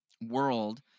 world